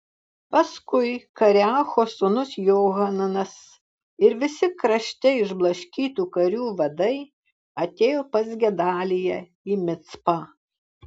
paskui kareacho sūnus johananas ir visi krašte išblaškytų karių vadai atėjo pas gedaliją į micpą